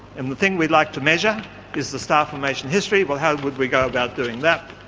and the thing we like to measure is the star formation history. well, how would we go about doing that?